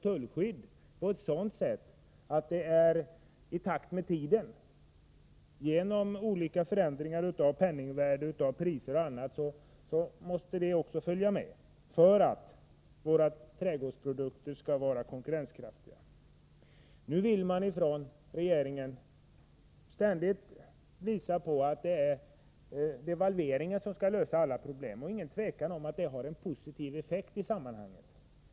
Tullskyddet behöver ses över i takt med olika förändringar av penningvärdet, av priser och annat, så att våra trädgårdsprodukter skall kunna vara konkurrenskraftiga. Nu vill man från regeringens sida ständigt visa att det är devalveringen som skall lösa alla problem. Det är inget tvivel om att devalveringen har en positiv effekt i sammanhanget.